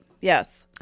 Yes